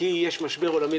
כי יש משבר עולמי,